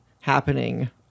happening